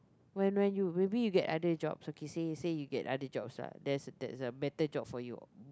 when when you maybe get other jobs okay say say you get other jobs lah that's a that's a better job for you